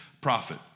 prophet